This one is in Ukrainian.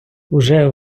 уже